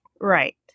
right